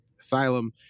asylum